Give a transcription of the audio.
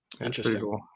Interesting